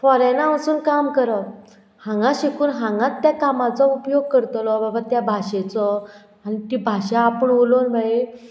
फॉरेनां वचून काम करप हांगा शिकून हांगाच त्या कामाचो उपयोग करतलो बाबा त्या भाशेचो आनी ती भाशा आपूण उलोवन मेळ्ळी